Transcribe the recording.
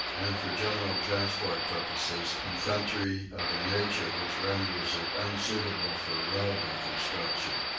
and for general transport purposes in country of a nature which renders it unsuitable for railway construction.